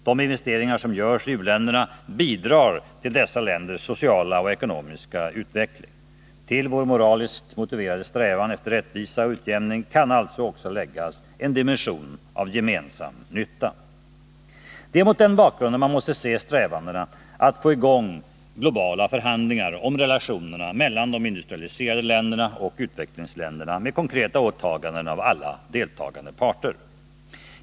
De investeringar som görs i u-länderna bidrar till dessa länders sociala och ekonomiska utveckling. Till vår moraliskt motiverade strävan efter rättvisa och utjämning kan alltså också läggas en dimension av gemensam nytta. Det är mot den bakgrunden man måste se strävandena att få i gång globala förhandlingar om relationerna mellan de industrialiserade länderna och utvecklingsländerna med konkreta åtaganden av alla deltagande parter.